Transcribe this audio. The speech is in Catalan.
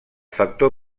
factor